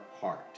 heart